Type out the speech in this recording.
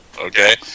Okay